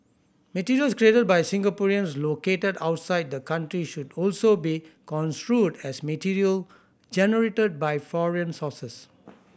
materials created by Singaporeans located outside the country should also be construed as material generated by foreign sources